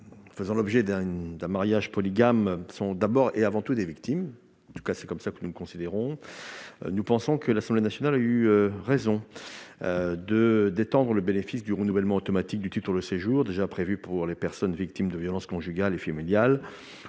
les femmes faisant l'objet d'un mariage polygame sont d'abord et avant tout des victimes. Nous pensons donc que l'Assemblée nationale a eu raison d'étendre le bénéfice du renouvellement automatique du titre de séjour, déjà prévu pour les personnes victimes de violences conjugales et familiales,